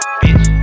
bitch